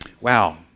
Wow